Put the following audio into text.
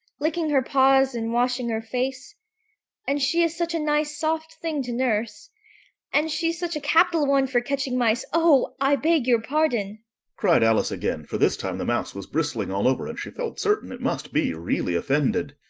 licking her paws and washing her face and she is such a nice soft thing to nurse and she's such a capital one for catching mice oh, i beg your pardon cried alice again, for this time the mouse was bristling all over, and she felt certain it must be really offended.